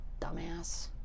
Dumbass